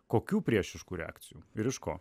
kokių priešiškų reakcijų ir iš ko